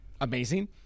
amazing